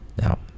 Now